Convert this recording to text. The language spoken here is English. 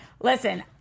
Listen